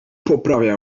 poprawia